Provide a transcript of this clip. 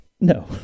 No